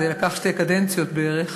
זה לקח שתי קדנציות בערך,